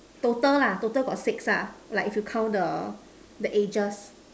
total lah total got six lah like if you count the the edges